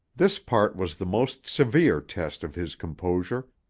this part was the most severe test of his composure,